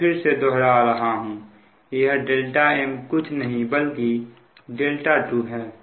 मैं फिर से दोहरा रहा हूं यह m कुछ नहीं बल्कि 2 है